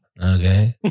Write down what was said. Okay